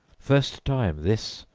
first time, this,